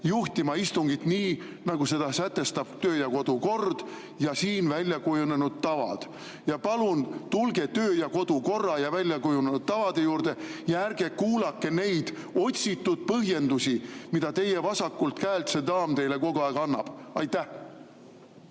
juhtima istungit nii, nagu seda sätestab töö- ja kodukord ja siin välja kujunenud tava. Palun tulge töö- ja kodukorra ja väljakujunenud tavade juurde ja ärge kuulake neid otsitud põhjendusi, mida teie vasakult käelt see daam teile kogu aeg annab. Istungi